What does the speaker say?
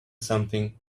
something